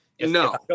No